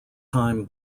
time